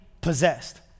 possessed